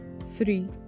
Three